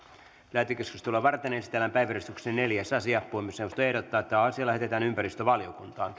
lähetekeskustelua varten esitellään päiväjärjestyksen neljäs asia puhemiesneuvosto ehdottaa että asia lähetetään ympäristövaliokuntaan